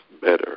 better